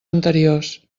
anteriors